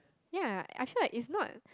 ya I feel like it's not